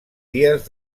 dies